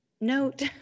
Note